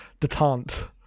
detente